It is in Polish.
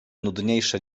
nudniejsze